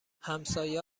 همسایه